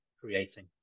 creating